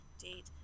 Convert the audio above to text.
Date